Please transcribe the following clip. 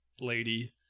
lady